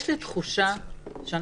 אנחנו